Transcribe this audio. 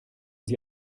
sie